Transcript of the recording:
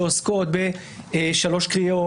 שעוסקות בשלוש קריאות,